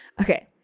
Okay